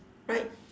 right